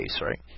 right